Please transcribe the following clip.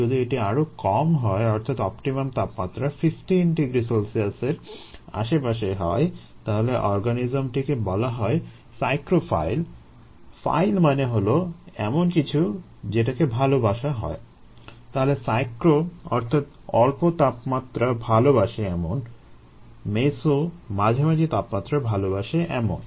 যদি এটি আরো কম হয় অর্থাৎ অপটিমাম তাপমাত্রা 15 ºC এর আশেপাশে হয় তাহলে অর্গানিজমটিকে বলা হয় সাইক্রোফাইল ফাইল মাঝামাঝি তাপমাত্রা ভালোবাসে এমন